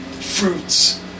fruits